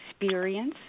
experience